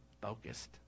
focused